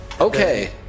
Okay